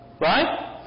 Right